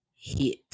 hit